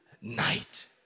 night